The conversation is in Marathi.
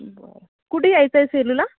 बरं कुठे यायचंय सेलूला